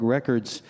Records